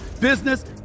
business